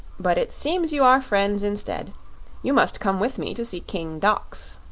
but it seems you are friends instead you must come with me to see king dox.